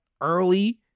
early